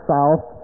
south